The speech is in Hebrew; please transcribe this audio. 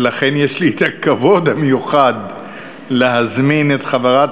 ולכן יש לי הכבוד המיוחד להזמין את חברת